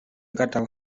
gadal